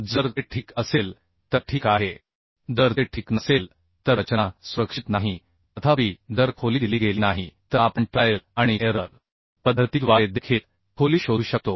जर ते ठीक असेल तर ठीक आहे जर ते ठीक नसेल तर रचना सुरक्षित नाही तथापि जर खोली दिली गेली नाही तर आपण ट्रायल आणि एरर पद्धतीद्वारे देखील खोली शोधू शकतो